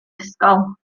ysgol